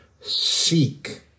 seek